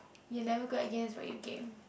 you're never good at games but you game